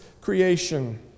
creation